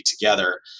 together